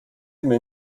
mir